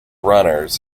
runners